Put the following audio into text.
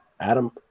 Adam